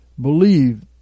Believe